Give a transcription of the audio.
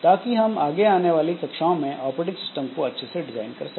ताकि हम आगे आने वाली कक्षाओं में ऑपरेटिंग सिस्टम को अच्छे से डिजाइन कर सके